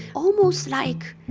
almost like